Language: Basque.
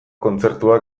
kontzertua